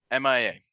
MIA